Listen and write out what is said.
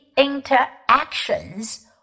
interactions